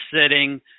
sitting